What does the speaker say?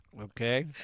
Okay